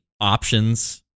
options